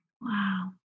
Wow